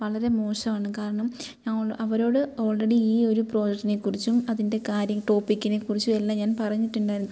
വളരെ മോശമാണ് കാരണം ഞാൻ അവരോട് ഓൾറെഡി ഈ ഒരു പ്രോജക്റ്റിനെ കുറിച്ചും അതിൻ്റെ കാര്യം ടോപ്പിക്കിനെക്കുറിച്ചും എല്ലാം ഞാൻ പറഞ്ഞിട്ടുണ്ടായിരുന്നു